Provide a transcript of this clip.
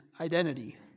identity